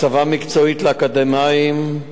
הסבה מקצועית לאקדמאים,